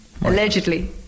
Allegedly